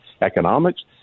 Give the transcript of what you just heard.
economics